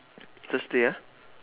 thursday ah